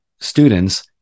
students